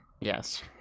Yes